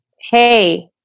hey